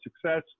success